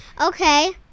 Okay